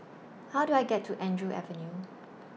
How Do I get to Andrew Avenue